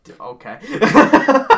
Okay